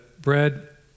bread